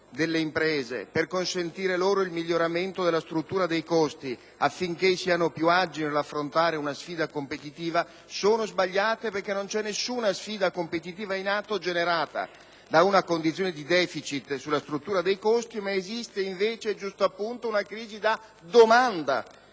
delle imprese per consentire loro il miglioramento della struttura dei costi affinché siano più agili nell'affrontare una sfida competitiva), sono sbagliate perché non c'è nessuna sfida competitiva in atto generata da una condizione di deficit sulla struttura dei costi, ma esiste invece una crisi da domanda.